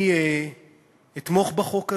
אני אתמוך בחוק הזה.